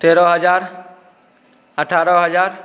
तेरह हजार अठारह हजार